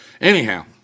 anyhow